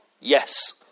Yes